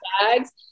bags